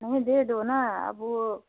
नहीं दे दो ना अब वो